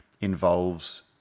involves